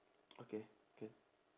okay can